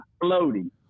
floating